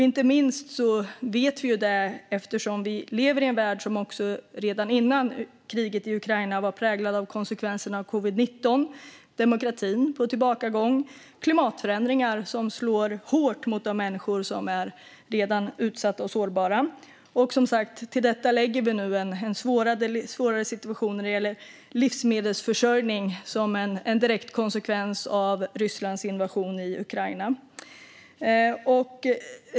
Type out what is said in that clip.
Inte minst vet vi detta eftersom vi lever i en värld som också redan innan kriget i Ukraina var präglad av konsekvenserna av covid-19, en demokrati på tillbakagång, klimatförändringar som slår hårt mot redan utsatta och sårbara människor. Till detta lägger vi nu den svåra situationen när det gäller livsmedelsförsörjning som en direkt konsekvens av Rysslands invasion i Ukraina.